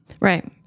Right